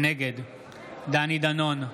נגד דני דנון,